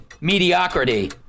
Mediocrity